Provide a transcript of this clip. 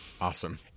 Awesome